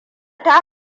ta